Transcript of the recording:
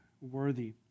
worthy